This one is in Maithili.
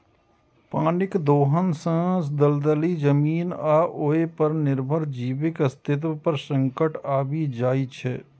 पानिक दोहन सं दलदली जमीन आ ओय पर निर्भर जीवक अस्तित्व पर संकट आबि जाइ छै